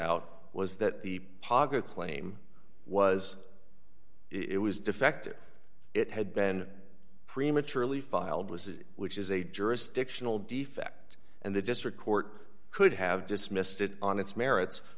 out was that the paga claim was it was defective it had been prematurely filed was it which is a jurisdictional defect and the district court could have dismissed it on its merits